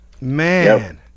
man